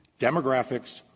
demographics,